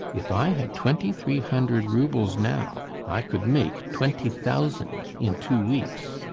if i had twenty-three hundred roubles now i could make twenty thousand in two weeks.